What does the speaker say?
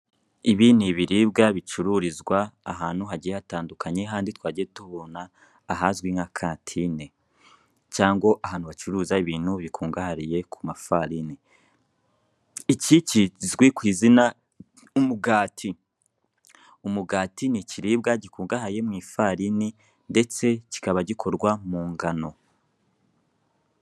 Ibi n'ibiribwa bicururizwa ahantu hagiye hatandukanye, ha handi twagiye tubona, ahazwi nka kantine cyangwa ahantu bacuruza ibintu bikungahariye ku mafarini. Iki kizwi kw'izina umugati; umugati ni ikiribwa gikorwa mu ifarini, ndetse kikaba gikorwa mu ngano.